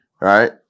right